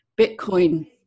Bitcoin